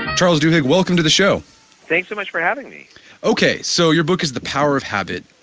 charles duhigg welcome to the show thanks so much for having me okay. so, your book is the power of habit.